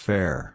Fair